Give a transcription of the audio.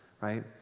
Right